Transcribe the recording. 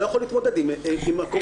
לא יכול להתמודד עם מקום פיזי.